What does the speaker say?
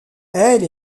elle